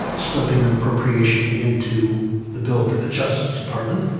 slipping an appropriation into the bill for the justice department.